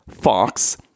fox